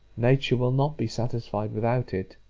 nature will not be satisfied without it.